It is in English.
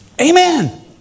Amen